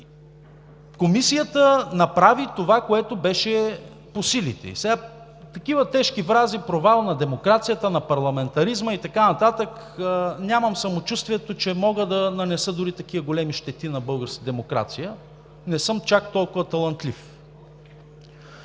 Комисията направи това, което беше по силите ѝ. Такива тежки фрази: провал на демокрацията, на парламентаризма и така нататък – нямам самочувствието, че мога да нанеса такива големи щети на българската демокрация, не съм чак толкова талантлив.